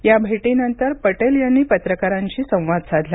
या भेटी नंतर पटेल यांनी पत्रकारांशी संवाद साधला